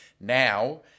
Now